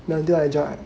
until I join